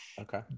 okay